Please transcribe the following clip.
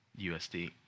USD